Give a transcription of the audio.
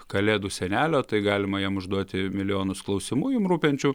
kalėdų senelio tai galima jam užduoti milijonus klausimų jum rūpinčių